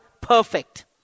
perfect